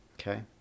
Okay